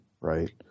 right